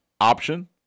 option